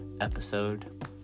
episode